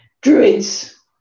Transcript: druids